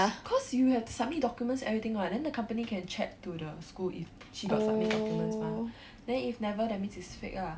cause you have to submit documents everything what then the company can check to the school if she got submit documents mah then if never that means it's fake ah